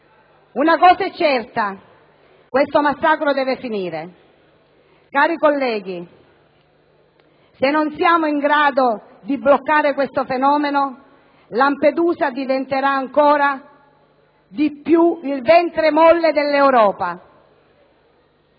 Una cosa è certa, questo massacro deve finire. Cari colleghi, se non siamo in grado di bloccare tale fenomeno Lampedusa diventerà ancor di più il ventre molle dell'Europa.